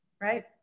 Right